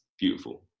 beautiful